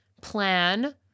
plan